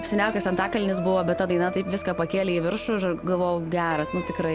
apsiniaukęs antakalnis buvo bet ta daina taip viską pakėlė į viršų galvojau geras nu tikrai